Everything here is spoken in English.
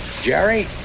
Jerry